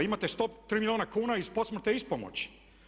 Imate 103. milijuna kuna iz posmrtne ispomoći.